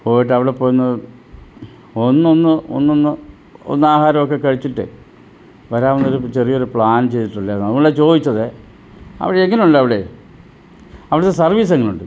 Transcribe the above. പോയിട്ട് അവിടെ പോയൊന്ന് ഒന്നൊന്ന് ഒന്നൊന്ന് ഒന്നാഹാരമൊക്കെ കഴിച്ചിട്ടെ വരാവുന്നൊരു ചെറിയൊരു പ്ലാൻ ചെയ്തിട്ടുണ്ടായിരുന്നു അതുകൊണ്ടാ ചോദിച്ചതെ അവിടെ എങ്ങനുണ്ടവിടെ അവിടത്തെ സർവീസ് എങ്ങനുണ്ട്